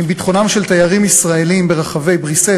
עם ביטחונם של תיירים ישראלים ברחבי בריסל,